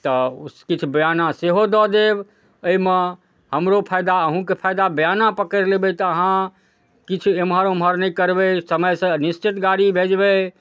तऽ किछु बयाना सेहो दऽ देब एहिमे हमरो फाइदा अहूँके फाइदा बयाना पकड़ि लेबै तऽ अहाँ किछु एम्हर ओम्हर नहि करबै समयसँ निश्चित गाड़ी भेजबै